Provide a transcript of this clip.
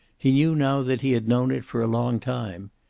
he knew now that he had known it for a long time.